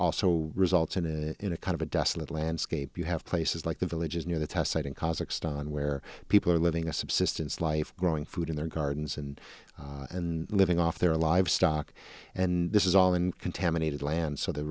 also results and in a kind of a desolate landscape you have places like the villages near the test site in kazakhstan where people are living a subsistence life growing food in their gardens and and living off their livestock and this is all in contaminated land so the